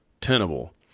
tenable